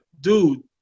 dude